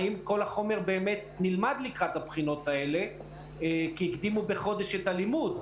האם כל החומר באמת נלמד לקראת הבחינות האלה כי הקדימו בחודש את הלימוד.